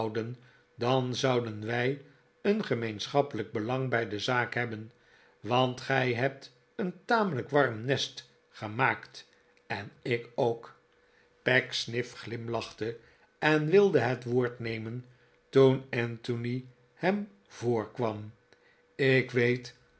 dan zouden wij een gemeenschappelijk belang bij de zaak hebben want gij hebt een tamelijk warm nest gemaakt en ik ook pecksniff glimlachte en wilde het woord nemen toen anthony hem voorkwam ik weet